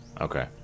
okay